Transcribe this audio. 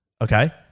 okay